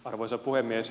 arvoisa puhemies